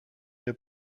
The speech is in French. une